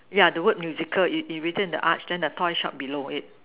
yeah the word musical it it written in the edge and the toy shop below it